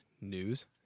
news